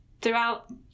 throughout